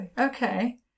Okay